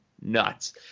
nuts